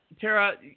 Tara